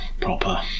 proper